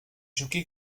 choqué